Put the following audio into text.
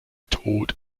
tod